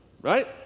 right